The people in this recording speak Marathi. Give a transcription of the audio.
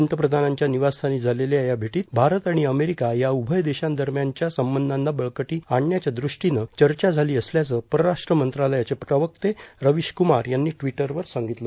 पंतप्रधानांच्या निवासस्थानी झालेल्या या भेटीत भारत आणि अमेरिका या उभय देशांदरम्यानच्या संबंधाना बळकटी आणण्याच्या दृष्टीने चर्चा झाली असल्याचं परराष्ट्र मंत्रालयाचे प्रवक्ते रवीश कुमार यांनी ट्विटरवर सांगितलं